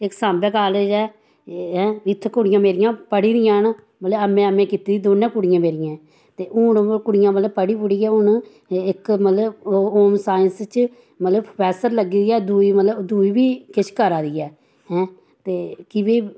इक साम्बे कालेज ऐ ऐं इत्थै कुड़ियां मेरियां पढ़ी दियां मतलब ऐम्म ए ऐम्म ए कीती दी दोनें कुड़ियें मेरियें ते हून में ओह् कुड़ियां मतलब पढ़ी पुढ़ियै हून इक मतलब होम साइंस च मतलब प्रोफैसर लग्गी दी ऐ दूई मतलब दूई बी किश करै दी ऐ हैं ते की कि